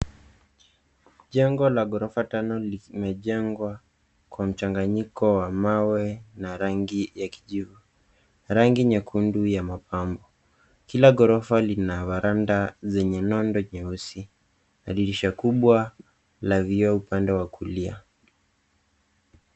Jengo la ghorofa tano limejengwa kwa mchanganyiko wa mawe na rangi ya kijivu. Rangi nyekundu ya mapambo. Kila ghorofa lina veranda zenye nondo nyeusi. Madirisha kubwa la vioo upande wa kulia.